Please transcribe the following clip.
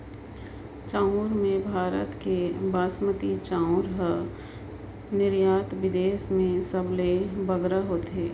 चाँउर में भारत कर बासमती चाउर कर निरयात बिदेस में सबले बगरा होथे